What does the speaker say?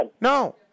No